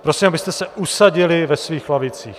Prosím, abyste se usadili ve svých lavicích.